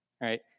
right